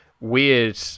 weird